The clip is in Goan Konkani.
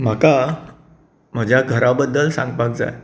म्हाका म्हज्या घरा बद्दल सांगपाक जाय